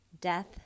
Death